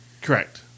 Correct